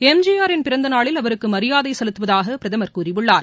M G ஆரின் பிறந்தநாளில் அவருக்கு மரியாதை செலுத்துவதாக பிரதமர் கூறியுள்ளார்